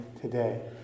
today